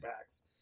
backs